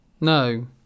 No